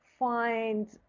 Find